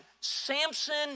Samson